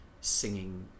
singing